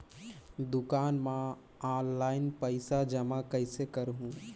दुकान म ऑनलाइन पइसा जमा कइसे करहु?